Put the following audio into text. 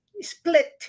split